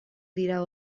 dira